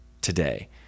today